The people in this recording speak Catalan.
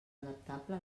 adaptable